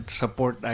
support